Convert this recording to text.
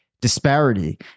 disparity